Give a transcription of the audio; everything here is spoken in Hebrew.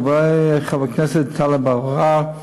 לגבי חבר הכנסת טלב אבו עראר,